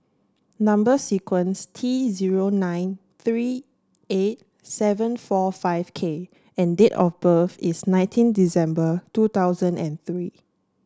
number sequence T zero nine three eight seven four five K and date of birth is nineteen December two thousand and three